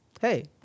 Hey